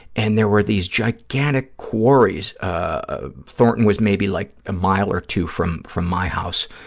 and there were these gigantic quarries. ah thornton was maybe like a mile or two from from my house.